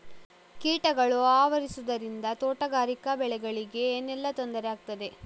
ಕೀಟಗಳು ಆವರಿಸುದರಿಂದ ತೋಟಗಾರಿಕಾ ಬೆಳೆಗಳಿಗೆ ಏನೆಲ್ಲಾ ತೊಂದರೆ ಆಗ್ತದೆ?